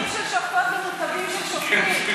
שלא יהיו מותבים של שופטות ומותבים של שופטים,